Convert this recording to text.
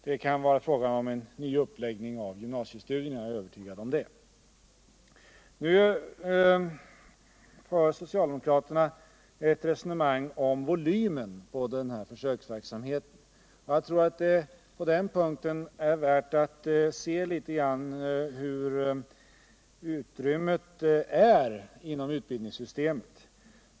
Det kan bli fråga om en ny uppläggning av gymnasiestudierna — jag är övertygad om det. Nu för socialdemokraterna ett resonemang om volymen av den här försöksverksamheten. På den punkten är det värt att se litet på hur utrymmet är inom utbildningssystemet.